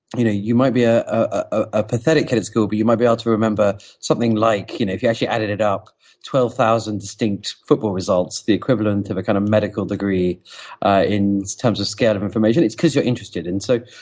you know you might be a a pathetic at at school but you might be able to remember something like you know if you actually added up twelve thousand distinct football results, the equivalent of a kind of medical degree in terms of scale of information, it's because you're interested in so